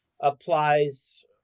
applies